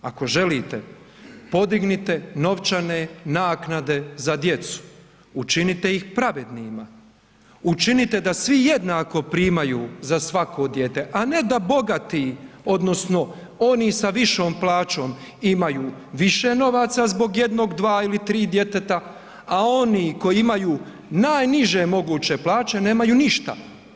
Ako želite, podignite novčane naknade za djecu, učinite ih pravednima, učinite da svi jednako primaju za svako dijete a ne da bogati odnosno oni sa višom plaćom imaju više novaca zbog 1, 2 ili 3 djeteta a oni koji imaju najniže moguće plaće nemaju ništa.